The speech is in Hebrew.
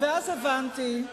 ואז הבנתי,